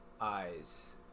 eyes